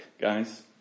guys